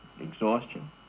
exhaustion